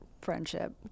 Friendship